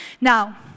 Now